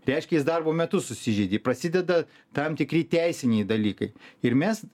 reiškia jis darbo metu susižeidė prasideda tam tikri teisiniai dalykai ir mes